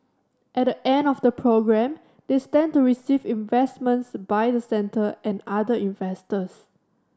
at the end of the programme they stand to receive investments by the centre and other investors